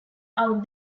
out